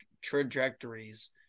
trajectories